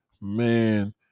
Man